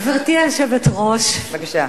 בבקשה.